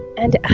and